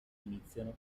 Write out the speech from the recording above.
iniziano